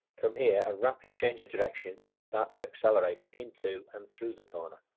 from here a rapid change of direction and start to accelerate into and through the corner,